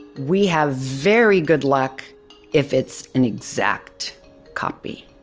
we have very good luck if it's an exact copy.